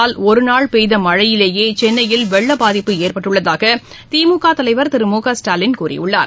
தமிழக அரசின் அவட்சியத்தால் ஒருநாள் பெய்த மழையிலேயே சென்னையில் வெள்ள பாதிப்பு ஏற்பட்டுள்ளதாக திமுக தலைவர் திரு மு க ஸ்டாலின் கூறியுள்ளார்